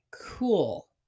cool